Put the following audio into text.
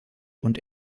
und